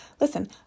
listen